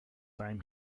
time